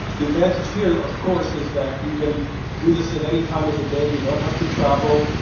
the advantage here of course is that you can do this at any time of the day, you don't have to travel,